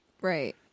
Right